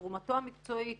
על תרומתו המקצועית,